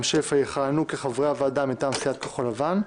שפע יכהנו כחברי הוועדה מטעם סיעת כחול לבן.